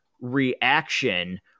reaction